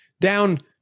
down